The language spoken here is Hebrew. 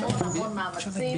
המון המון מאמצים,